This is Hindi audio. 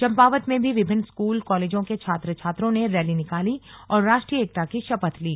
चम्पावत में भी विभिन्न स्कूल कॉलेजों के छात्र छात्रों ने रैली निकाली और राष्ट्रीय एकता की शपथ ली